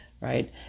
right